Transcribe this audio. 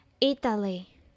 Italy